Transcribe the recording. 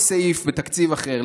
סעיף קטן (2): כל סעיף בתקציב אחר,